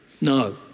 no